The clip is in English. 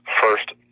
first